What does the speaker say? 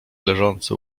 leżący